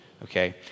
Okay